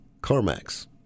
CarMax